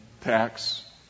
tax